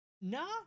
No